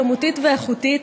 כמותית ואיכותית,